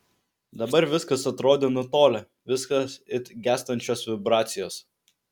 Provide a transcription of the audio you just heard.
dabar viskas atrodė nutolę viskas it gęstančios vibracijos